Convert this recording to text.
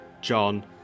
John